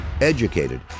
Educated